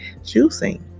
juicing